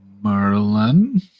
Merlin